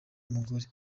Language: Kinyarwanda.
umugore